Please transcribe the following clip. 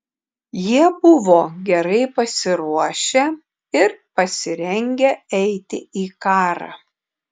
jie buvo gerai pasiruošę ir pasirengę eiti į karą